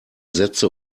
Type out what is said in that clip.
sätze